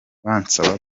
bansaba